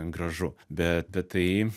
gražu bet bet tai